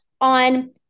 on